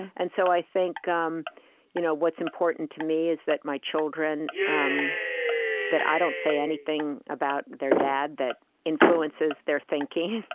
and so i think um you know what's important to me is that my children um that i don't say anything about their dad that influences their thinking,